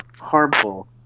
harmful